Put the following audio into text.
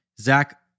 Zach